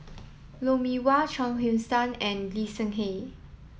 Lou Mee Wah Chuang Hui Tsuan and Lee Seng Tee